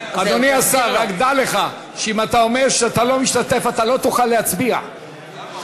משתתף, אתה לא תוכל להצביע.